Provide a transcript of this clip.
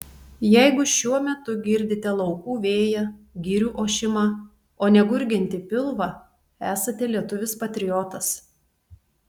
jeigu šiuo metu girdite laukų vėją girių ošimą o ne gurgiantį pilvą esate lietuvis patriotas